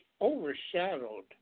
overshadowed